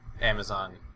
Amazon